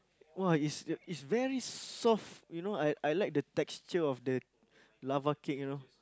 !wah! it's it's very soft you know I I like the texture of the lava cake you know